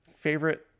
favorite